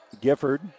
Gifford